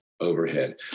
overhead